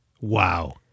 Wow